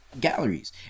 galleries